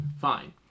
Fine